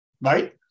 right